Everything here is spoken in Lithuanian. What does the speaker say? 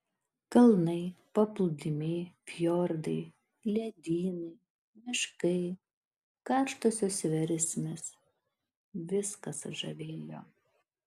kalnai paplūdimiai fjordai ledynai miškai karštosios versmės viskas žavėjo